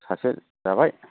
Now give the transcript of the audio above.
सासे थाबाय